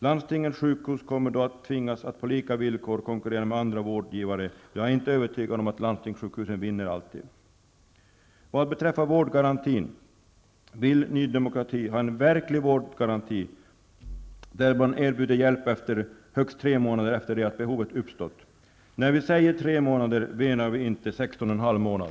Landstingens sjukhus kommer då att tvingas att på lika villkor konkurrera med andra vårdgivare. Jag är inte övertygad om att landstingssjukhusen alltid vinner. Vad beträffar vårdgarantin vill nydemokrati ha en verklig vårdgaranti, där man erbjuder hjälp högst tre månader efter det att behovet uppstått. När vi säger tre månader menar vi inte 16 1/2 månad.